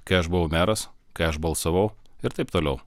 kai aš buvau meras kai aš balsavau ir taip toliau